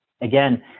again